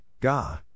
Gah